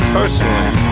personally